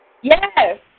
Yes